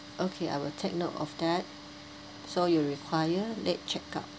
okay I will take note of that so you require late check out